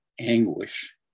anguish